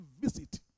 visit